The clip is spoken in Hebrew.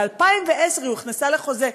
ב-2010 היא הוכנסה לחוזה.